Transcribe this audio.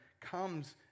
comes